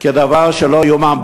דבר שלא ייאמן.